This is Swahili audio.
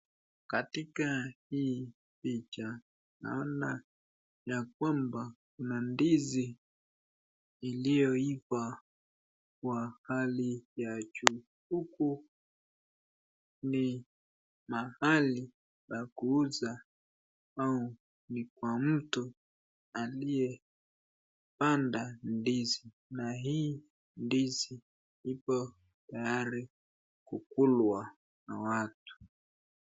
Katika hii picha, naona ya kwamba kuna ndizi iliyoiva kwa hali ya juu. Huku ni mahali pa kuuza au ni kwa mtu aliyepanda ndizi na hii ndizi ipo tayari kukulwa na watu.